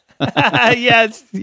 yes